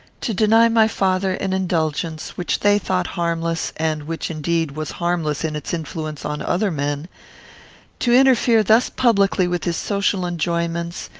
to deny my father an indulgence which they thought harmless, and which, indeed, was harmless in its influence on other men to interfere thus publicly with his social enjoyments,